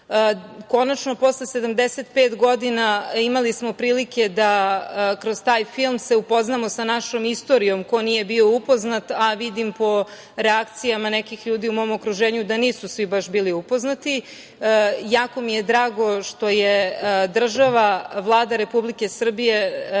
posle 75 godina imali smo prilike da kroz taj film se upoznamo sa našom istorijom, ko nije bio upoznat, a vidim po reakcijama nekih ljudi u mom okruženju da nisu svi baš bili upoznati. Jako mi je drago što je država, Vlada Republike Srbije